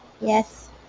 Yes